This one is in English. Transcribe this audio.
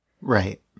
Right